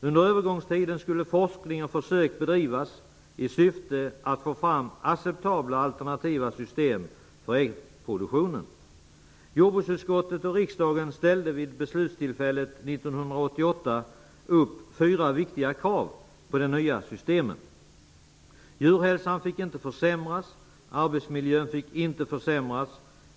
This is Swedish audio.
Under övergångstiden skulle forskning och försök bedrivas i syfte att få fram acceptabla alternativa system för äggproduktionen. Jordbruksutskottet och riksdagen ställde vid beslutstillfället 1988 upp fyra viktiga krav på de nya systemen. Djurhälsan och arbetsmiljön fick inte försämras.